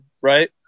Right